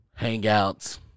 Hangouts